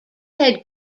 head